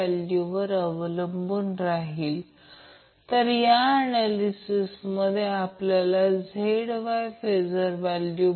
ज्याप्रमाणे आपण n ते b असे म्हणतो तेच येथे मिळते ते Vbn आहे त्याचप्रमाणे Vnb लिहू शकतो म्हणूनच हे Vbn Vnb याचा अर्थ पॉझिटिव्ह आहे